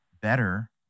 better